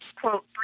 quote